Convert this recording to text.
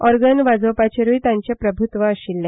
ओरगन वाजोवपाचेरूय तांचे प्रभूत्व आशिल्ले